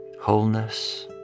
wholeness